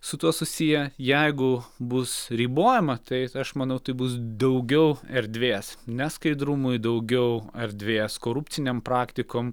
su tuo susiję jeigu bus ribojama tai aš manau tai bus daugiau erdvės neskaidrumui daugiau erdvės korupcinėm praktikom